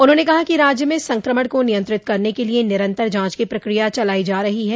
उन्होंने कहा कि राज्य में संक्रमण को नियंत्रित करने के लिये निरन्तर जांच की प्रक्रिया चलाई जा रही है